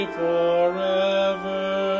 forever